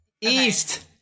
East